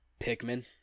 Pikmin